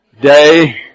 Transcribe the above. day